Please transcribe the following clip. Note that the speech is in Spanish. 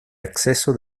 acceso